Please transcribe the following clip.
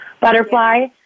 butterfly